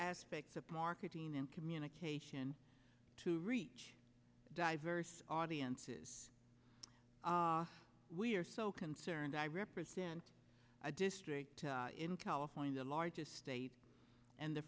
aspects of marketing and communication to reach diverse audiences we're so concerned i represent a district in california the largest state and the